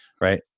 right